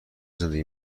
زندگی